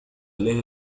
إليه